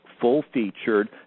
full-featured